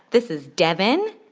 this is devin.